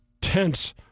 tense